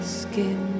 skin